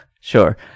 Sure